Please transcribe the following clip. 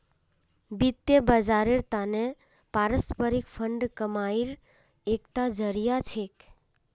वित्त बाजारेर त न पारस्परिक फंड कमाईर एकता जरिया छिके